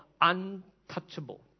untouchable